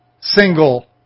single